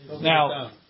Now